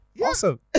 Awesome